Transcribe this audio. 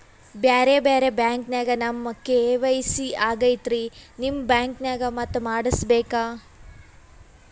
ಬ್ಯಾರೆ ಬ್ಯಾಂಕ ನ್ಯಾಗ ನಮ್ ಕೆ.ವೈ.ಸಿ ಆಗೈತ್ರಿ ನಿಮ್ ಬ್ಯಾಂಕನಾಗ ಮತ್ತ ಮಾಡಸ್ ಬೇಕ?